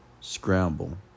Scramble